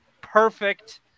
perfect